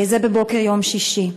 זה היה בבוקר יום שישי,